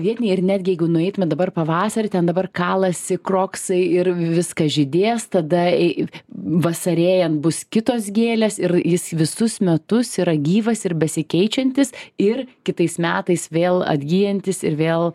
vietiniai ir netgi jeigu nueitume dabar pavasarį ten dabar kalasi kroksai ir viskas žydės tada į vasarėjant bus kitos gėlės ir jis visus metus yra gyvas ir besikeičiantis ir kitais metais vėl atgyjantis ir vėl